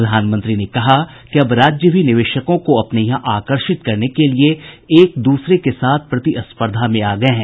प्रधानमंत्री ने कहा कि अब राज्य भी निवेशकों को अपने यहां आकर्षित करने के लिए एक दूसरे के साथ प्रतिस्पर्धा में आ गये हैं